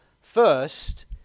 first